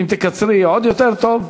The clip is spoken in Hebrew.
אם תקצרי, עוד יותר טוב.